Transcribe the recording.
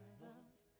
love